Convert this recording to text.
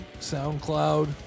SoundCloud